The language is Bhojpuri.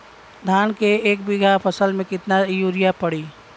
धान के एक बिघा फसल मे कितना यूरिया पड़ी?